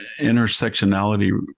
intersectionality